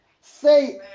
Say